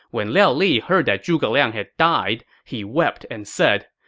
when liao li heard that zhuge liang had died, he wept and said,